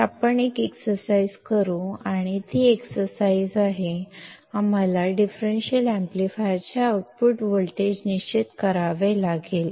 तर आपण एक एक्सरसाइज करू आणि तो एक्सरसाइज आहे आम्हाला डिफरेंशियल एम्पलीफायरचे आउटपुट व्होल्टेज निश्चित करावे लागेल